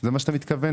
לזה אתה מתכוון?